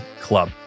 club